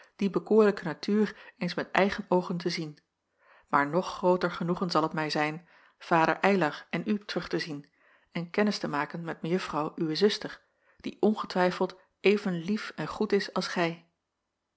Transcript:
die bekoorlijke natuur eens met eigen oogen te zien maar nog grooter genoegen zal het mij zijn vader eylar en u terug te zien en kennis te maken met mejuffrouw uwe zuster die ongetwijfeld even lief en goed is als gij